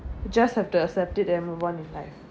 just have to accept it and move on in life